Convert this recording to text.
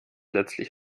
letztlich